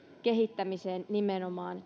kehittämiseen nimenomaan